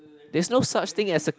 there's no such thing as a